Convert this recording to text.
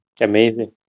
amazing